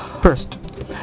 First